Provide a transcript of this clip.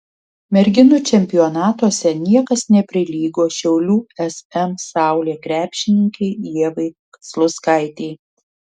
merginų čempionatuose niekas neprilygo šiaulių sm saulė krepšininkei ievai kazlauskaitei